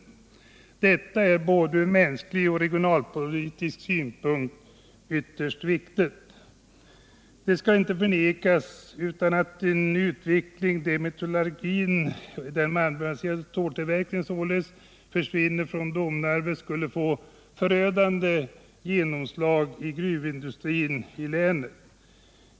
Detta är ytterst viktigt från både mänsklig och regionalpolitisk synpunkt. Det skall inte förnekas att en utveckling där metallurgin försvinner från Domnarvet skulle få förödande verkningar för gruvindustrin i länet.